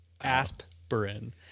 Aspirin